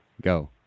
go